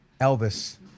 Elvis